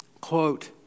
Quote